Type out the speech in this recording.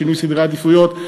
בשינוי סדרי העדיפויות.